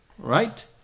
Right